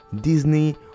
Disney